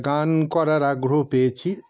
গান করার আগ্রহ পেয়েছি